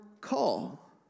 call